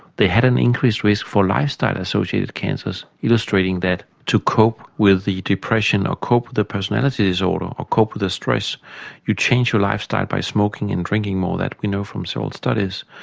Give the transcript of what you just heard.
they had an increased risk for lifestyle associated cancers, illustrating that to cope with depression or cope with personality disorder or cope with the stress you change your lifestyle by smoking and drinking more. that we know from several studies.